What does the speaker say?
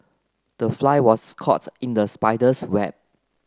the fly was caught in the spider's web